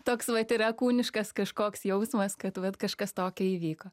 toks vat yra kūniškas kažkoks jausmas kad vat kažkas tokio įvyko